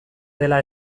dela